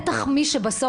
בסוף,